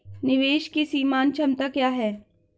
निवेश की सीमांत क्षमता क्या है?